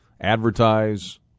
advertise